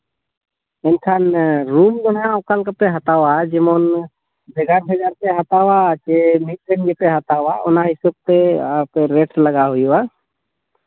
ᱮᱱᱠᱷᱟᱱ ᱨᱩᱢ ᱫᱚ ᱦᱟᱸᱜ ᱚᱠᱟ ᱞᱮᱠᱟ ᱯᱮ ᱦᱟᱛᱟᱣᱟ ᱡᱮᱢᱚᱱ ᱵᱷᱮᱜᱟᱨ ᱵᱷᱮᱜᱟᱨ ᱯᱮ ᱦᱟᱛᱟᱣᱟ ᱪᱮ ᱢᱤᱫ ᱴᱷᱮᱱ ᱜᱮᱯᱮ ᱦᱟᱛᱟᱣᱟ ᱚᱱᱟ ᱦᱤᱥᱟᱹᱵ ᱛᱮ ᱟᱯᱮ ᱨᱮᱴ ᱞᱟᱴᱟᱣ ᱦᱩᱭᱩᱜᱼᱟ